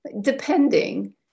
depending